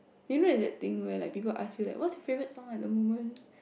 you know there's the thing that people ask you like what's your favorite song at the moment